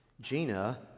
Gina